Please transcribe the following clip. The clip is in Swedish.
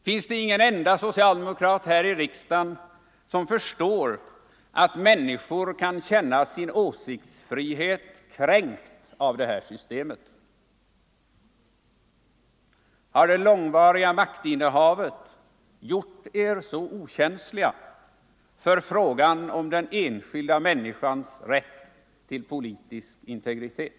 Finns det ingen enda socialdemokrat som förstår att människor kan känna sin åsiktsfrihet kränkt av detta system? Har det långvariga maktinnehavet gjort er så okänsliga för frågan om den enskilda människans rätt till politisk integritet?